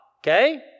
okay